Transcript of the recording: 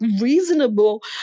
reasonable